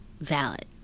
valid